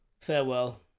Farewell